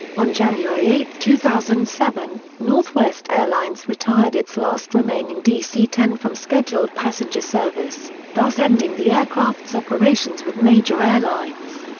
on january eight, two thousand and seven, northwest airlines retired its last remaining dc ten from scheduled passenger service, thus ending the aircraft's operations with major airlines.